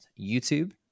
YouTube